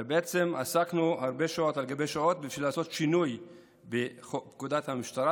הרי בעצם עסקנו שעות על גבי שעות בשביל לעשות שינוי בפקודת המשטרה,